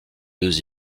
deux